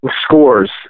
Scores